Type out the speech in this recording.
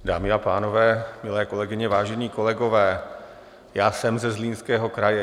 Dámy a pánové, milé kolegyně, vážení kolegové, já jsem ze Zlínského kraje.